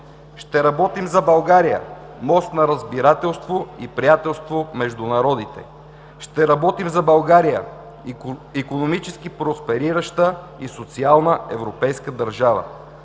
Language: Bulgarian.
Ще работим за България – мост на разбирателство и приятелство между народите. Ще работим за България – икономически просперираща и социална европейска държава.